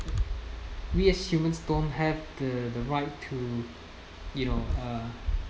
we are humans don't have the the right to you know uh